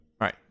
Right